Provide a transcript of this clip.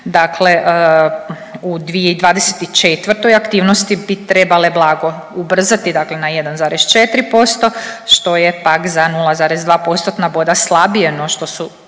Dakle, u 2024. aktivnosti bi trebale blago ubrzati dakle na 1,4% što je pak za 0,2%-tna boda slabije no što su